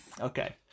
Okay